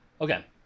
Okay